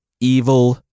Evil